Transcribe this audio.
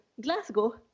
Glasgow